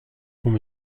qu’on